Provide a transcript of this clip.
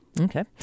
Okay